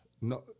no